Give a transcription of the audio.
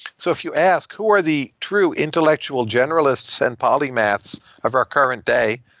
so if you ask, who are the true intellectual generalists and polymath's of our current day?